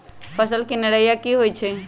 फसल के निराया की होइ छई?